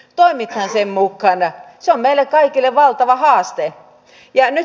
se on meille kaikille valtava haaste